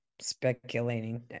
speculating